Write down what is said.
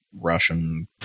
Russian